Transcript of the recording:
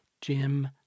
Jim